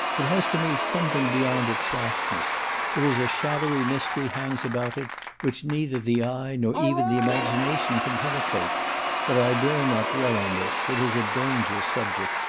it has to me something beyond its vastness there is a shadowy mystery hangs about it which neither the eye nor even the imagination can penetrate but i dare not dwell on this, it is a dangerous subject,